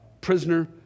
prisoner